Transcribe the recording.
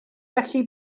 felly